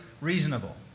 reasonable